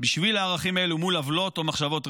בשביל הערכים האלו מול עוולות או מחשבות רשע.